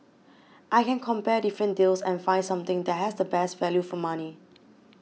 I can compare different deals and find something that has the best value for money